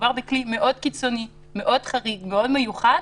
כשמדובר בכלי מאוד קיצוני, מאוד חריג ומאוד מיוחד,